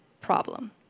problem